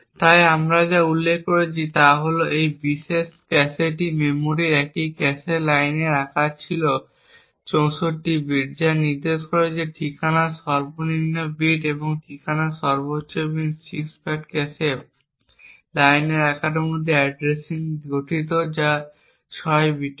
তাই আমরা যা উল্লেখ করেছি তা হল এই বিশেষ ক্যাশে মেমরির একটি ক্যাশে লাইনের আকার ছিল 64 বিট যা নির্দেশ করে যে ঠিকানার সর্বনিম্ন বিট ঠিকানার সর্বনিম্ন 6 বিট ক্যাশে লাইনের আকারের মধ্যে অ্যাড্রেসিং গঠিত যা 6 বিটের